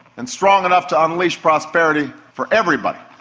and strong enough to unleash prosperity for everybody,